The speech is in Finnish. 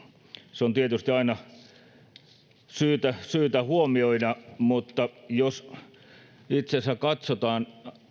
se on tietysti aina syytä huomioida mutta jos itse asiassa katsotaan